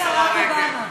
כרגע רק אובמה.